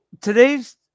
today's